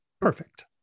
perfect